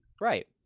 Right